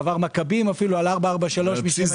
מעבר מכבים על 443. כלומר